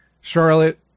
Charlotte